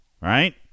right